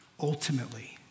ultimately